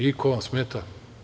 I, ko vam smeta?